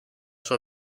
sua